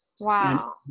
wow